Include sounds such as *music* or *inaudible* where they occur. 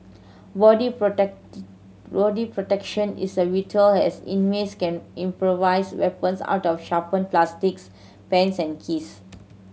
body *unintelligible* body protection is a vital as inmates can improvise weapons out of sharpened plastics pens and keys